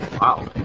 wow